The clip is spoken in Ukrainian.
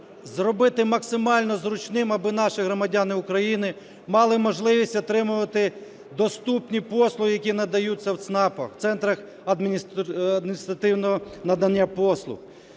зробити максимально зручним, аби наші громадяни України мали можливість отримувати доступні послуги, які надаються в ЦНАПах (центрах надання адміністративних послуг).